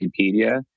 Wikipedia